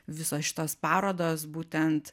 visos šitos parodos būtent